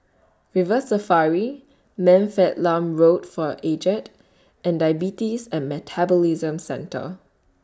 River Safari Man Fatt Lam Home For Aged and Diabetes and Metabolism Centre